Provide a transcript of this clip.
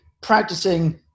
practicing